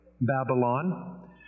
Babylon